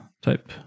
type